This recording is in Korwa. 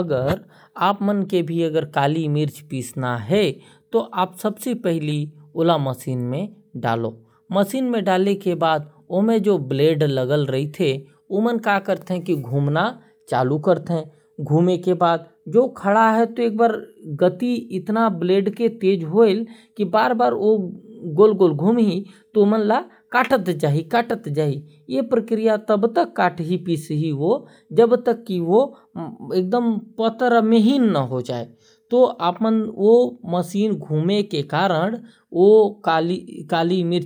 अगर आप मन के भी काली मिर्च पीसना है तो ओला सबसे पहले मशीन में डालो। फिर मशीन में ब्लेड ओला काटते जाहि और महीन पीस देही। ये प्रक्रिया तब तक चलेल जब तक काली मिर्च